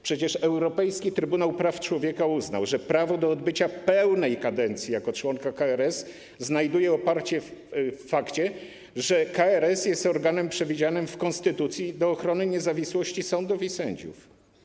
Przecież Europejski Trybunał Praw Człowieka uznał, że prawo do odbycia pełnej kadencji członka KRS znajduje oparcie w fakcie, że KRS jest organem przewidzianym w konstytucji do ochrony niezawisłości sądów i sędziów.